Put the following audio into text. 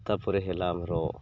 ତା'ପରେ ହେଲା ଆମର